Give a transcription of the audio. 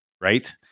Right